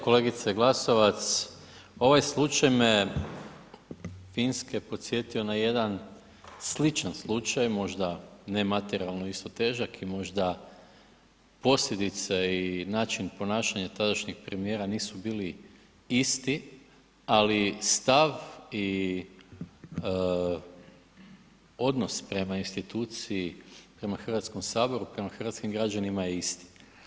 Kolegice Glasovac, ovaj slučaj me Finske podsjetio na jedan sličan slučaj možda ne materijalno isto težak i možda posljedice i način ponašanja tadašnjeg premijera nisu bili isti ali stav i odnos prema instituciji, prema Hrvatskom saboru, prema hrvatskim građanima je isti.